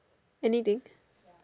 anything